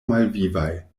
malvivaj